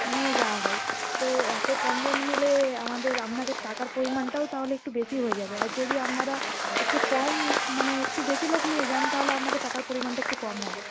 নিয়ে যাওয়া হয় তো এতো কমজন নিলে আমাদের আপনাদের টাকার পরিমাণটাও তাহলে একটু বেশি হয়ে যাবে আর যদি আপনারা একটু কম মানে একটু বেশি লোক নিয়ে যান তাহলে আপনাদের টাকার পরিমাণটা একটু কম হবে